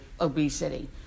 obesity